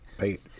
Pete